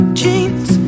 jeans